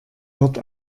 wird